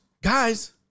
guys